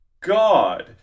God